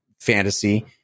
fantasy